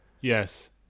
Yes